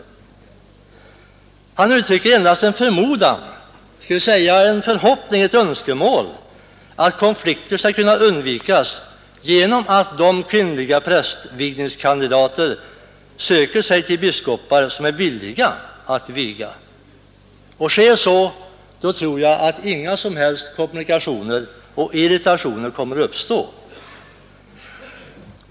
Herr Edenman uttrycker endast en förmodan — eller kanske snarare ett önskemål — att konflikter skall kunna undvikas genom att de kvinnliga prästvigningskandidaterna söker sig till biskopar som är villiga att viga. Om så sker, kommer förmodligen inga som helst komplikationer och irritationer att uppstå.